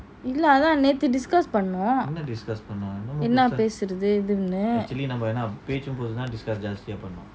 இல்ல அதன் நேத்து:illa athan neathu discuss போனோம் என்ன பேசுறதுனு இன்னனு:panom enna peasurathunu innanu